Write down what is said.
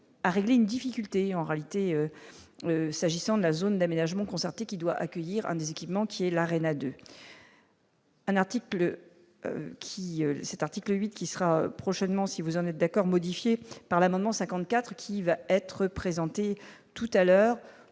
à régler une difficulté, en réalité, s'agissant de la zone d'aménagement concerté qui doit accueillir un des équipements qui est la reine à 2. Un article qui s'est article 8 qui sera prochainement, si vous en êtes d'accord modifié par l'amendement 54 qui va être présenté tout à l'heure,